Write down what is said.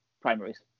primaries